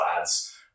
ads